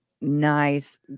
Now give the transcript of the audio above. nice